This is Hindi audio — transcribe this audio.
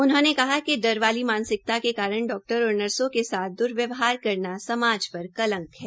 उन्होंने कहा कि डर वाली मानसिकता के कारण डॉक्टर और नर्सो के साथ दर्व्यवहार करना समाज पर कलंक है